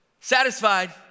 satisfied